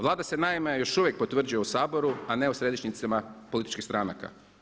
Vlada se naime još uvijek potvrđuje u Saboru a ne u središnjicama političkih stranaka.